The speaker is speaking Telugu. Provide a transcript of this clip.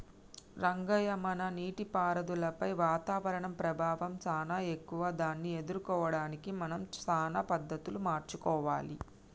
రంగయ్య మన నీటిపారుదలపై వాతావరణం ప్రభావం సానా ఎక్కువే దాన్ని ఎదుర్కోవడానికి మనం సానా పద్ధతులు మార్చుకోవాలి